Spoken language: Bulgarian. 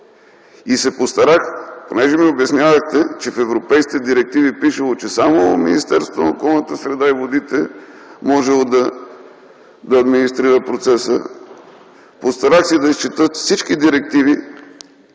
Вас. И понеже ми обяснявахте, че в Европейските директиви пишело, че само Министерството на околната среда и водите можело да администрира процеса, постарах се да изчета всички директиви.